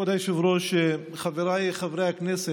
כבוד היושב-ראש, חבריי חברי הכנסת,